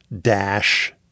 dash